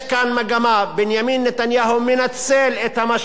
בנימין נתניהו מנצל את המשבר הכלכלי